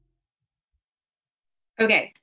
Okay